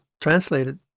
translated